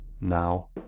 Now